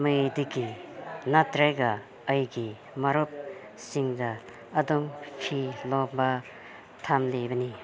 ꯃꯤꯗꯒꯤ ꯅꯠꯇ꯭ꯔꯒ ꯑꯩꯒꯤ ꯃꯔꯨꯞꯁꯤꯡꯗ ꯑꯗꯨꯝ ꯐꯤ ꯂꯣꯟꯕ ꯊꯝꯂꯤꯕꯅꯤ